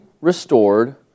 restored